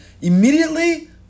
immediately